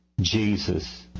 Jesus